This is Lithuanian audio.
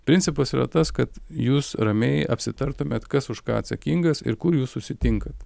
principas yra tas kad jūs ramiai apsitartumėt kas už ką atsakingas ir kur jūs susitinkat